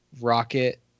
rocket